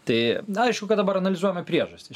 tai aišku kad dabar analizuojame priežastis